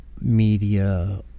media